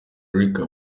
rica